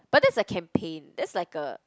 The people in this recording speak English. but that's a campaign that's like a